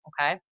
Okay